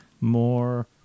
more